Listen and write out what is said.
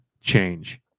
change